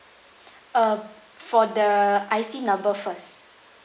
uh for the I_C number first